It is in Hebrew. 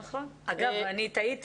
אגב, אני טעיתי.